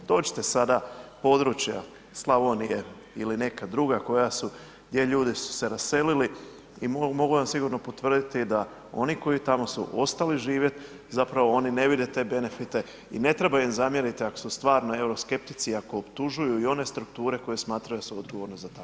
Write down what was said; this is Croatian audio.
Dođite sada u područja Slavonije ili neka druga koja su, gdje ljudi su se raselili i mogu vam sigurno potvrditi da oni koji tamo su ostali živjeti, zapravo oni ne vide te benefite i ne treba im zamjeriti ako su stvarno euroskeptici i ako optužuju i one strukture koje smatraju suodgovornim za takvo stanje.